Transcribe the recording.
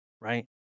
right